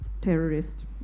terrorist